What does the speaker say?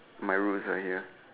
my roots are here